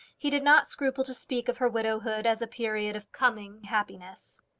he did not scruple to speak of her widowhood as a period of coming happiness.